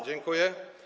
Dziękuję.